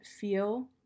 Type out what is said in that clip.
feel